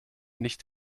nicht